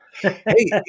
Hey